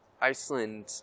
Iceland